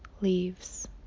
leaves